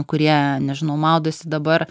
kurie nežinau maudosi dabar